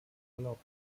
urlaub